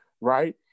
right